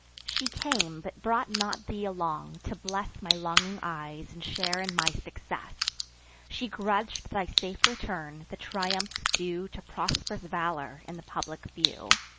she came but brought not thee along, to bless my longing eyes, and share in my success she grudg'd thy safe return, the triumphs due to prosp'rous valor, in the public view.